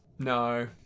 No